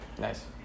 Nice